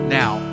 now